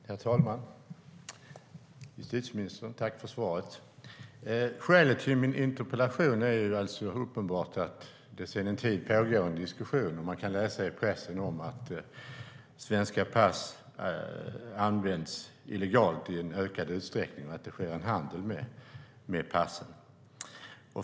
Herr talman! Tack för svaret, justitieministern! Det uppenbara skälet till min interpellation är att det sedan en tid pågår en diskussion och man kan läsa i pressen om att svenska pass används illegalt i ökad utsträckning och att det sker handel med passen.